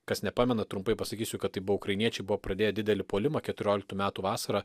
kas nepamena trumpai pasakysiu kad tai buvo ukrainiečiai buvo pradėję didelį puolimą keturioliktų metų vasarą